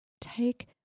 Take